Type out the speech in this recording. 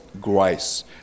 grace